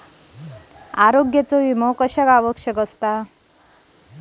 आरोग्य विमा का आवश्यक असतो?